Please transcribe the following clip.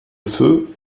feu